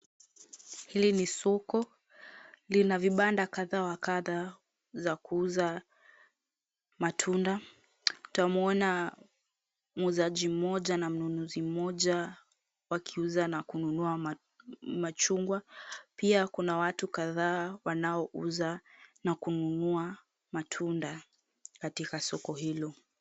Hili ni soko, lina vibanda kadhaa wa kadhaa za kuuza matunda, tuta muona muuzaji mmoja na mnunuzi mmoja, wakiuza na kununua machungwa, pia kuna watu kadhaa wanaouza na kununua matunda, katika soko hilo.